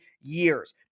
years